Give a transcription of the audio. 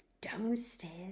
downstairs